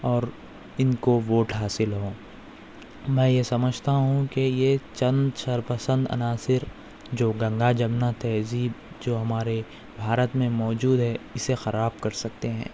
اور ان کو ووٹ حاصل ہوں میں یہ سمجھتا ہوں کہ یہ چند شرپسند عناصر جو گنگا جمنا تہذیب جو ہمارے بھارت میں موجود ہے اسے خراب کر سکتے ہیں